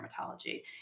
dermatology